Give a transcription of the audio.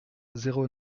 zéro